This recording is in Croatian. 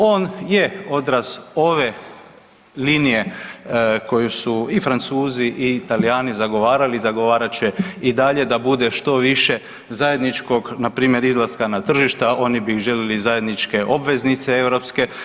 On je odraz ove linije koju su i Francuzi i Talijani zagovarali, zagovarat će i dalje da bude što više zajedničkog npr. izlaska na tržišta, oni bi željeli i zajedničke obveznice europske.